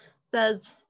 says